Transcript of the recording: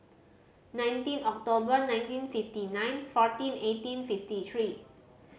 nineteen October nineteen fifty nine fourteen eighteen fifty three